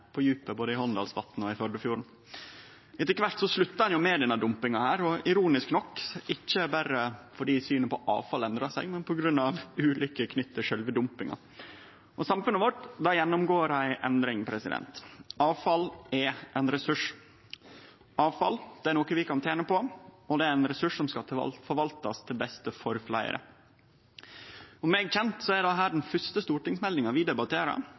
på djupet, både i Hornindalsvatnet og i Førdefjorden. Etter kvart slutta ein med denne dumpinga, ironisk nok ikkje berre fordi synet på avfall endra seg, men på grunn av ulykker knytte til sjølve dumpinga. Samfunnet vårt gjennomgår ei endring. Avfall er ein ressurs, avfall er noko vi kan tene på, og det er ein ressurs som skal forvaltast til beste for fleire. Etter det eg kjenner til, er dette den første stortingsmeldinga vi debatterer